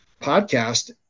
podcast